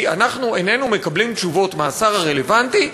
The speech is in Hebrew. אנחנו איננו מקבלים תשובות מהשר הרלוונטי,